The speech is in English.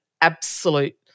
absolute-